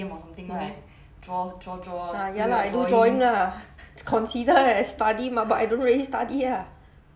no ya lah I do drawing lah is considered as study mah but I don't really study ah